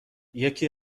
یکی